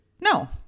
No